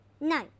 No